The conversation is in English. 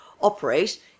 operate